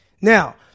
Now